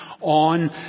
on